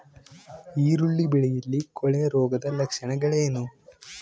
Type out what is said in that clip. ಈರುಳ್ಳಿ ಬೆಳೆಯಲ್ಲಿ ಕೊಳೆರೋಗದ ಲಕ್ಷಣಗಳೇನು?